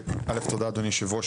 תודה אדוני יושב הראש.